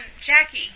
Jackie